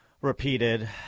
repeated